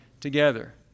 together